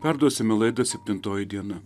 perduosime laidą septintoji diena